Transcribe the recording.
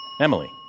Emily